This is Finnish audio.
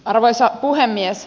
arvoisa puhemies